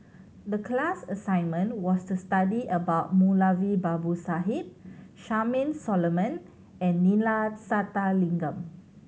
the class assignment was to study about Moulavi Babu Sahib Charmaine Solomon and Neila Sathyalingam